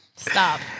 Stop